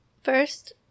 First